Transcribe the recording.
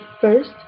first